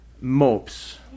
mopes